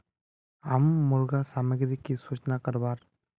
हम मुर्गा सामग्री की सूचना करवार?